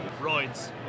Roids